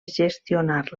gestionar